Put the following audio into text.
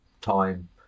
time